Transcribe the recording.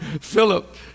Philip